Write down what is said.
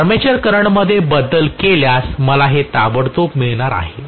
armature करंटमध्ये बदल केल्यास मला हे ताबडतोब मिळणार आहे